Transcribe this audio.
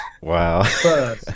Wow